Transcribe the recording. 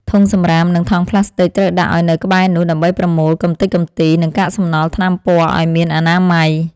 ធុងសម្រាម និងថង់ប្លាស្ទិក ត្រូវដាក់ឱ្យនៅក្បែរនោះ ដើម្បីប្រមូលកម្ទេចកម្ទី និងកាកសំណល់ថ្នាំពណ៌ឱ្យមានអនាម័យ។